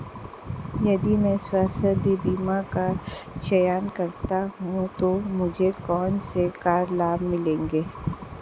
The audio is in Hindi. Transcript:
यदि मैं स्वास्थ्य बीमा का चयन करता हूँ तो मुझे कौन से कर लाभ मिलेंगे?